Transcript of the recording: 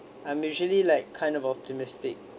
I'm usually like kind of optimistic